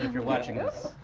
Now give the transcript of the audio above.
you're watching. oh